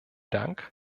dank